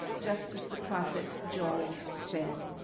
just as the prophet joel said.